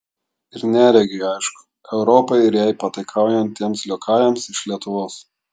ir neregiui aišku europai ir jai pataikaujantiems liokajams iš lietuvos